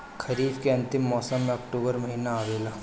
खरीफ़ के अंतिम मौसम में अक्टूबर महीना आवेला?